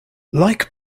like